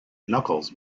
knuckles